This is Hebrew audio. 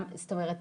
זאת אומרת,